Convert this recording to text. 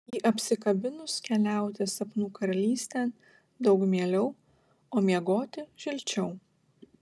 jį apsikabinus keliauti sapnų karalystėn daug mieliau o miegoti šilčiau